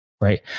right